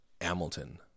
Hamilton